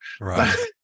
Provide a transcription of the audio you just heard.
right